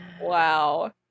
Wow